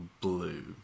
blue